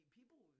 people